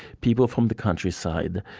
people from the countryside,